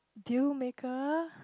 deal maker